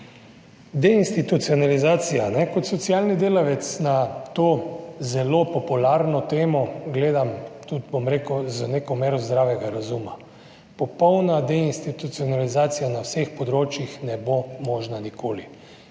Deinstitucionalizacija. Kot socialni delavec na to zelo popularno temo gledam tudi, bom rekel, z neko mero zdravega razuma. Popolna deinstitucionalizacija na vseh področjih ne bo možna nikoli.